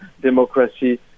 democracy